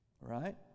Right